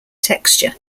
texture